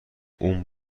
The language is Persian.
اون